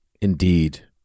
indeed